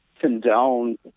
condone